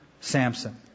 Samson